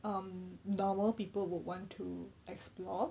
um normal people would want to explore